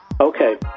Okay